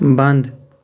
بَنٛد